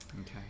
Okay